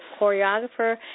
choreographer